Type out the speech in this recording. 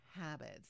habits